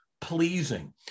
pleasing